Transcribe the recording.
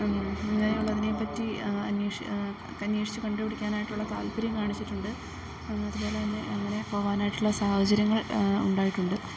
ഇങ്ങനെയുള്ളതിനെപ്പറ്റി അന്വേഷിച്ചു കണ്ടു പിടിക്കാനായിട്ടുള്ള താല്പര്യം കാണിച്ചിട്ടുണ്ട് അതുപോലെ തന്നെ അങ്ങനെ പോകാനായിട്ടുള്ള സാഹചര്യങ്ങൾ ഉണ്ടായിട്ടുണ്ട്